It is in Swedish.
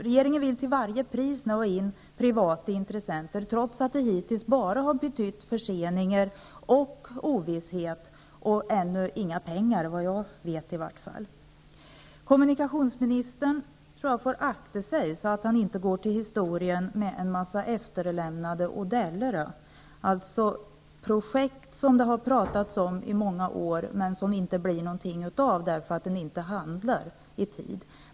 Regeringen vill till varje pris dra in privata intressenter, trots att det hittills bara har betytt förseningar och ovisshet och såvitt jag vet ännu inga pengar. Jag tror att kommunikationsministern får akta sig så att han inte går till historien med en mängd efterlämnade ''Odellare'', alltså projekt som det har talats om i många år men som det inte blivit något av därför att man inte handlat i tid.